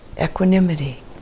equanimity